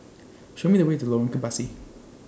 Show Me The Way to Lorong Kebasi